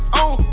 on